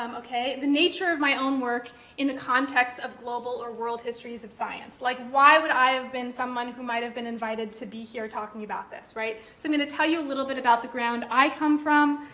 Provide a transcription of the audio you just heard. um the nature of my own work in the context of global or world histories of science. like, why would i have been someone who might have been invited to be here talking about this, right? so i'm going to tell you a little bit about the ground i come from.